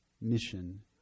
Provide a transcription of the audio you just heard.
mission